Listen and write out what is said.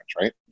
right